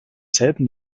selben